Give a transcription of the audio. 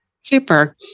Super